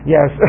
Yes